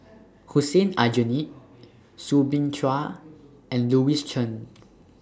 Hussein Aljunied Soo Bin Chua and Louis Chen